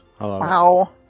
Wow